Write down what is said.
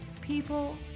people